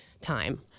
time